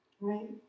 Right